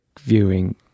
viewing